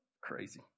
crazy